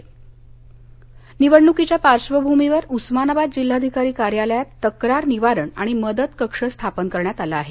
मदत कक्ष उस्मानाबाद निवडणुकीच्या पार्श्वभूमीवर उस्मानाबाद जिल्हाधिकारी कार्यालयात तक्रार निवारण आणि मदत कक्ष स्थापन करण्यात आला आहे